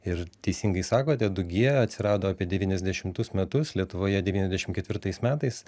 ir teisingai sakote du gie atsirado apie devyniasdešimus metus lietuvoje devyniasdešim ketvirtais metais